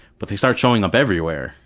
but they started showing up everywhere,